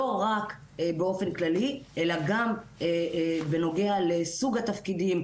לא רק באופן כללי אלא גם בנוגע לסוג התפקידים,